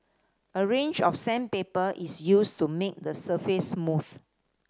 a range of sandpaper is used to make the surface smooth